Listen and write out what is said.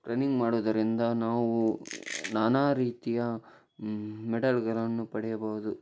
running ಮಾಡುವುದರಿಂದ ನಾವು ನಾನಾ ರೀತಿಯ ಮೆಡಲ್ಗಳನ್ನು ಪಡೆಯಬಹುದು